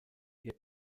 ihr